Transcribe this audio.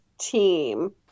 team